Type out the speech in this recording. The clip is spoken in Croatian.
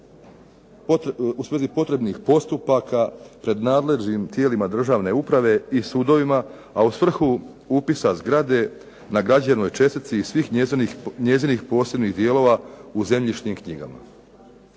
u svezi potrebnih postupaka pred nadležnim tijelima državne uprave i sudovima a u svrhu upisa zgrade na građevnoj čestici i svih njezinih posebnih dijelova u zemljišnim knjigama.